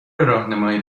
راهنمای